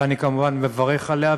ואני כמובן מברך עליה,